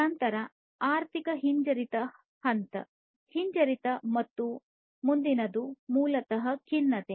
ನಂತರ ಆರ್ಥಿಕ ಹಿಂಜರಿತ ಹಂತ ಹಿಂಜರಿತ ಮತ್ತು ಮುಂದಿನದು ಮೂಲತಃ ಖಿನ್ನತೆ